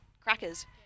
crackers